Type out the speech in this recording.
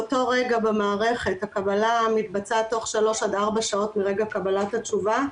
באותו רגע במערכת הקבלה מתבצעת תוך 3-4 שעות מרגע קבלת התשובה,